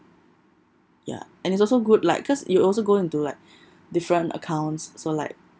ya and it's also good like cause it also go into like different accounts so like